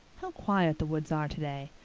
how quiet the woods are today.